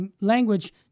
language